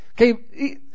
Okay